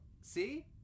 See